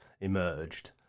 emerged